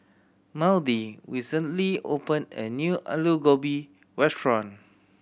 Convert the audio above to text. Maudie recently opened a new Alu Gobi Restaurant